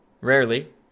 Rarely